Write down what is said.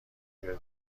ببینی